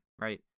right